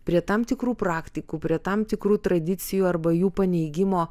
prie tam tikrų praktikų prie tam tikrų tradicijų arba jų paneigimo